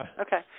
okay